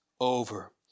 over